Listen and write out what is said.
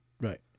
Right